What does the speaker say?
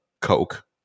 coke